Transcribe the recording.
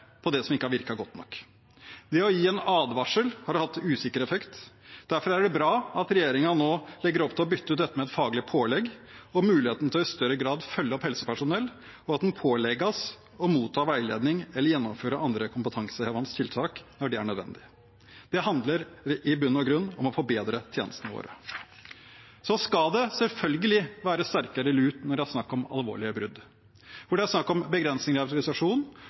det som ikke har virket godt nok. Det å gi en advarsel har hatt usikker effekt. Derfor er det bra at regjeringen nå legger opp til å bytte ut dette med et faglig pålegg og muligheten til i større grad å følge opp helsepersonell, og at en pålegges å motta veiledning eller gjennomføre andre kompetansehevende tiltak når det er nødvendig. Det handler i bunn og grunn om å forbedre tjenestene våre. Så skal det selvfølgelig sterkere lut til når det er snakk om alvorlige brudd, som begrensing av autorisasjon og begrensning i